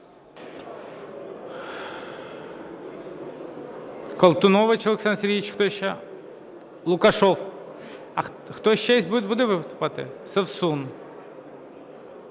Колтунович Олександр Сергійович. Хто ще? Лукашев. А хто ще буде виступати? Совсун.